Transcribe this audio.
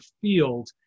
field